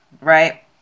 right